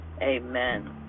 Amen